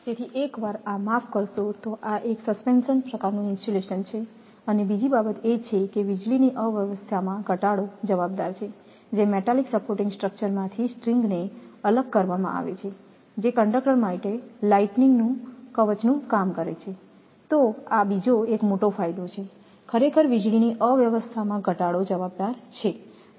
તેથી એકવાર આ માફ કરશો તો આ એક સસ્પેન્શન પ્રકારનું ઇન્સ્યુલેશન છે અને બીજી બાબત એ છે કે વીજળીની અવ્યવસ્થામાં ઘટાડો જવાબદાર છે જે મેટાલિક સપોર્ટિંગ સ્ટ્રક્ચરમાંથી સ્ટ્રિંગને અલગ કરવામાં આવે છે જે કંડક્ટર માટે લાઈટનિંગ કવચનું કામ કરે છે તો આ બીજો એક મોટો ફાયદો છે ખરેખર વીજળીની અવ્યવસ્થામાં ઘટાડો જવાબદાર છે